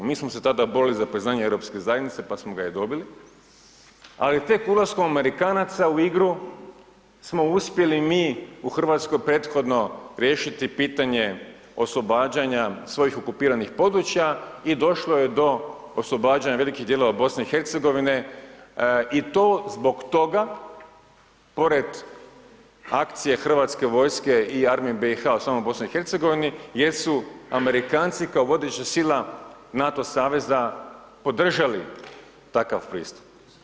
Mi smo se tada borili za priznanje Europske zajednice, pa smo ga i dobili, ali tek ulaska Amerikanaca u igru, smo uspjeli mi u Hrvatskoj prethodno riješiti pitanje oslobađanja svojih okupiranih područja i došlo je do oslobađanja velikih dijelova BIH i to zbog toga pored akcije hrvatske vojske i armije BIH, o samoj BIH, gdje su Amerikanci kao vodeća sila NATO saveza održali takav pristup.